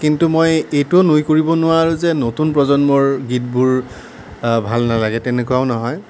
কিন্তু মই এইটো নুই কৰিব নোৱাৰোঁ যে নতুন প্ৰজন্মৰ গীতবোৰ ভাল নালাগে তেনেকুৱাও নহয়